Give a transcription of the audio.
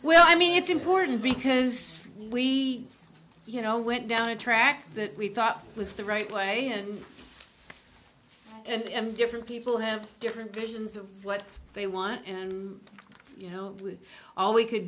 well i mean it's important because we you know went down a track that we thought was the right way and different people have different visions of what they want and you know all we could